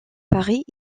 paris